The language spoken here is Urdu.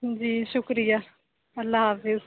جی شُکریہ اللہ حافظ